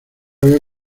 veo